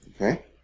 Okay